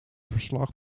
verslag